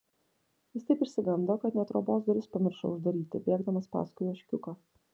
jis taip išsigando kad net trobos duris pamiršo uždaryti bėgdamas paskui ožkiuką